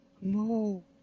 No